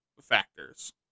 factors